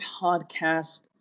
podcast